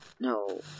No